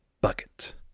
bucket